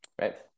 right